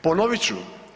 Ponovit ću.